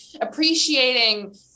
appreciating